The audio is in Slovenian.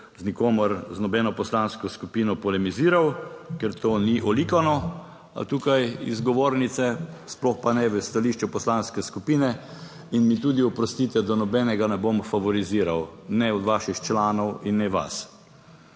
nikomer, z nobeno poslansko skupino polemiziral, ker to ni olikano tukaj iz govornice, sploh pa ne v stališču poslanske skupine. In mi tudi oprostite, da nobenega ne bom favoriziral ne od vaših članov in ne vas.